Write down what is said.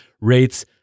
rates